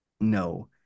No